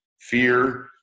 fear